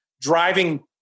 driving –